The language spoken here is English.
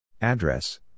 Address